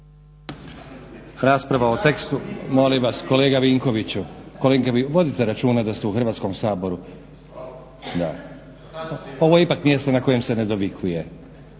Rasprava o tekstu, kolega Vinkoviću vodite računa da ste u Hrvatskom saboru. Ovo je ipak mjesto na kojem se ne nadvikuje,